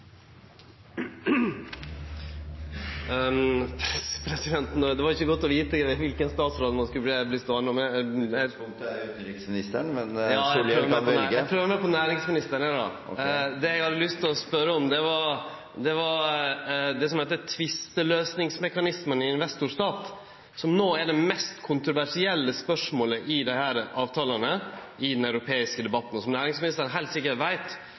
Det var ikkje godt å vite kva for ein statsråd som ein skulle spørje nå. Utgangspunktet er utenriksministeren, men representanten kan velge. Eg prøver meg på næringsministeren. Det eg har lyst til å spørje om, er det som vert kalla investor–stat-tvisteløysingsmekanismen, som nå er det mest kontroversielle spørsmålet i desse avtalane, i den europeiske debatten. Som næringsministeren heilt sikkert veit